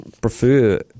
prefer